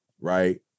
right